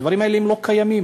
הדברים האלה לא קיימים,